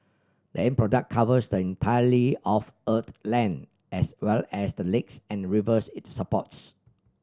the end product covers the entirety of Earth's land as well as the lakes and rivers it supports